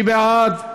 מי בעד?